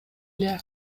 эле